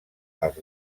als